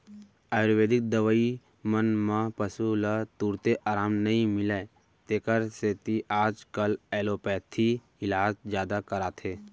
आयुरबेदिक दवई मन म पसु ल तुरते अराम नई मिलय तेकर सेती आजकाल एलोपैथी इलाज जादा कराथें